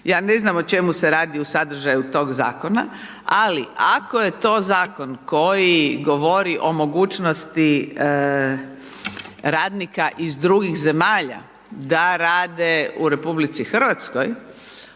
ja ne znam o čemu se radi u sadržaju tog zakona ali ako je to zakon koji govori o mogućnosti radnika iz drugih zemalja da rade u RH,